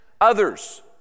others